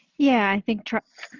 yeah, i think,